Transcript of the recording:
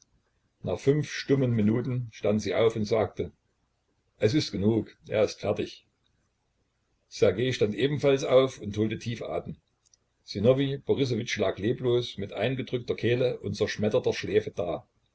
nach fünf stummen minuten stand sie auf und sagte es ist genug er ist fertig ssergej stand ebenfalls auf und holte tief atem sinowij borissowitsch lag leblos mit eingedrückter kehle und zerschmetterter schläfe da